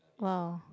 !wow!